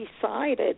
decided